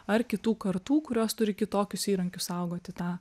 ar kitų kartų kurios turi kitokius įrankius saugoti tą